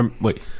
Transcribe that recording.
Wait